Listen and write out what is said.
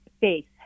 Faith